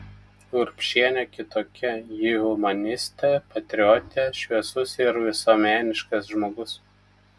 urbšienė kitokia ji humanistė patriotė šviesus ir visuomeniškas žmogus